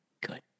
Good